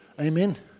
amen